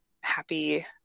happy